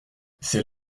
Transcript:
c’est